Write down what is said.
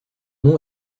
nom